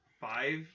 five